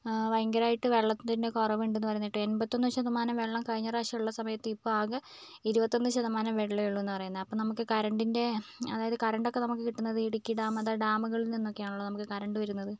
ആ ഭയങ്കരമായിട്ട് വെള്ളത്തിൻ്റെ കുറവുണ്ടെന്ന് പറയുന്നത് കേട്ടു എൺപത്തൊന്ന് ശതമാനം വെള്ളം കഴിഞ്ഞ പ്രാവശ്യം ഉള്ള സമയത്ത് ഇപ്പോൾ ആകെ ഇരുവത്തൊന്ന് ശതമാനം വെള്ളവേയൊള്ളെന്നാണ് പറയുന്നത് അപ്പോൾ നമുക്ക് കറൻറ്റിൻ്റെ അതായത് കറൻട്ടൊക്കെ നമുക്ക് കിട്ടുന്നത് ഇടുക്കി ഡാം അതാ ഡാമുകളിൽ നിന്നൊക്കെയാണല്ലോ നമുക്ക് കറൻറ്റ് വരുന്നത്